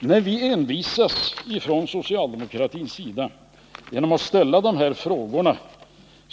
När vi från socialdemokratins sida envisas med att ställa dessa frågor